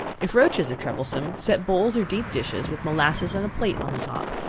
if roaches are troublesome, set bowls or deep dishes, with molasses and a plate on the top,